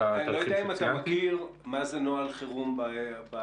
אני לא יודע אם אתה מכיר מה זה נוהל חירום ב-FDA,